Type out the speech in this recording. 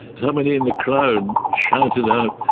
somebody in the crowd shouted out,